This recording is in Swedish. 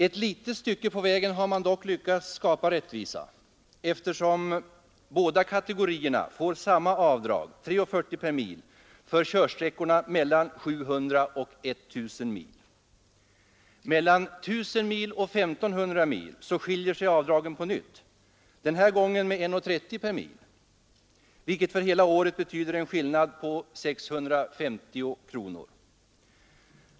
Ett litet stycke på vägen har man dock lyckats skapa rättvisa, eftersom båda kategorierna får samma avdrag, 3:40 per mil, för körsträckan mellan 700 och 1 000 mil. Mellan 1 000 och 1 500 mil skiljer sig avdragen på nytt, denna gång med 1:30 per mil, vilket för hela året betyder en skillnad på 650 kr.